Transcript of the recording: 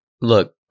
Look